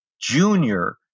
junior